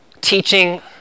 teaching